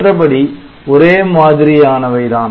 மற்றபடி ஒரே மாதிரியானவை தான்